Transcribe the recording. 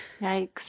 Yikes